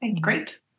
Great